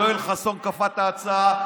יואל חסון כפה את ההצעה.